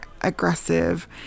aggressive